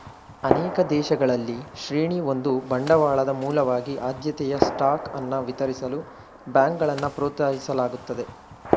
ಅನೇಕ ದೇಶಗಳಲ್ಲಿ ಶ್ರೇಣಿ ಒಂದು ಬಂಡವಾಳದ ಮೂಲವಾಗಿ ಆದ್ಯತೆಯ ಸ್ಟಾಕ್ ಅನ್ನ ವಿತರಿಸಲು ಬ್ಯಾಂಕ್ಗಳನ್ನ ಪ್ರೋತ್ಸಾಹಿಸಲಾಗುತ್ತದೆ